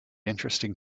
interesting